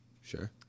Sure